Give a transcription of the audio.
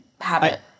habit